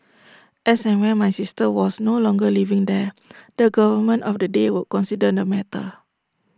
as and when my sister was no longer living there the government of the day would consider the matter